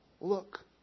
Look